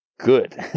Good